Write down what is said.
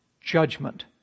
judgment